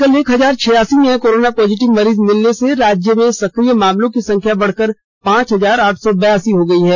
कल एक हजार छिसासी नए कोरोना पॉजिटिव मरीज मिलने से राज्य में सक्रिया मामलों की संख्या बढ़कर पांच हजार आठ सौ बेरासी हो गई है